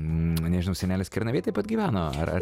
nežinau senelis kernavėj taip pat gyveno ar ar